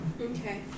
Okay